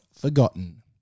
forgotten